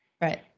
Right